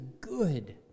good